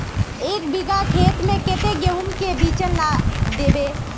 एक बिगहा खेत में कते गेहूम के बिचन दबे?